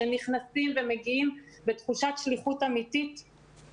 שנכנסים ומגיעים בתחושת שליחות אמיתית,